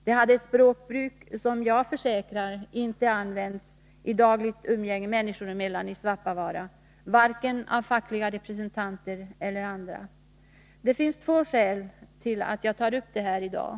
De hade ett språkbruk som jag försäkrar inte förekommer i dagligt umgänge människor emellan i Svappavaara — varken av fackliga representanter eller av andra. Det finns två skäl till att jag tar upp detta i dag.